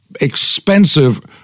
expensive